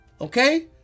Okay